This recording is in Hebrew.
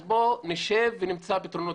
אז בואו נשב ונמצא פתרונות